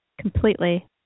completely